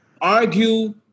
argue